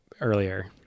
earlier